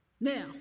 now